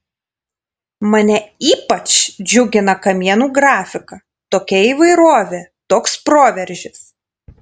mane ypač džiugina kamienų grafika tokia įvairovė toks proveržis